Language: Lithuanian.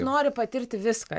nori patirti viską